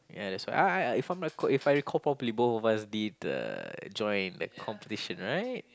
ya that's why I I if I'm not wrong if I recall properly both of us did the join that competition right